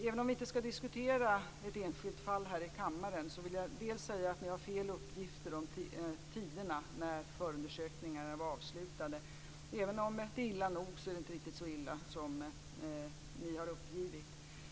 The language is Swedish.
Även om vi inte skall diskutera ett enskilt fall här i kammaren, vill jag säga att ni har fel uppgifter om tiderna när förundersökningarna var avslutade. Det är illa nog, men det är inte riktigt så illa som ni har uppgett.